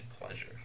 pleasure